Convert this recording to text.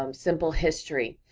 um simple history.